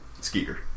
Skeeter